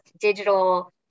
digital